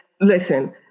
listen